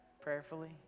prayerfully